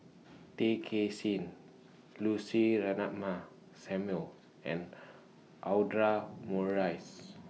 Tay Kay Chin Lucy Ratnammah Samuel and Audra Morrice